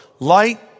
Light